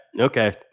Okay